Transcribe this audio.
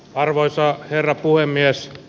arvoisa herra puhemies